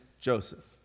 Joseph